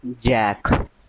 Jack